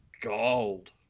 gold